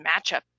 matchup